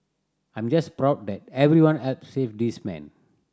I'm just proud that everyone helped save this man